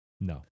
No